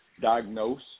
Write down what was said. diagnose